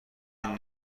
این